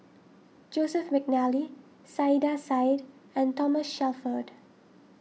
Joseph McNally Saiedah Said and Thomas Shelford